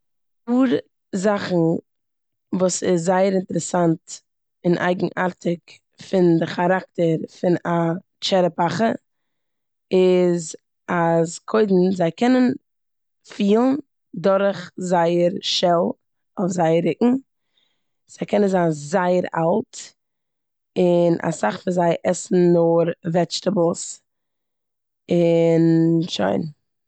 זאכן וואס איז זייער אינטערעסאנט אין אייגענארטיג פון די כאראקטער פון א טשערעפאכע איז אז קודם זיי קענען פילן דורך זייער שעל פון זייער רוקן, זיי קענען זיין זייער אלט און אסאך פון זיי עסן נאר וועדשטעבלס און שוין.